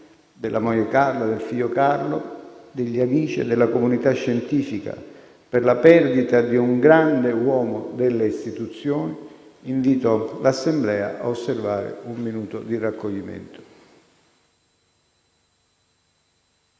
della moglie Carla e del figlio Carlo presenti in tribuna, degli amici e della comunità scientifica, per la perdita di un grande uomo delle istituzioni, invito l'Assemblea a osservare un minuto di raccoglimento.